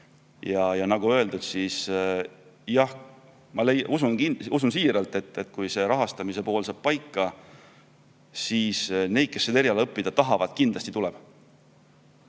Ja nagu öeldud, ma usun siiralt, et kui rahastamise pool saab paika, siis neid, kes seda eriala õppida tahavad, kindlasti leidub.